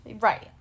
Right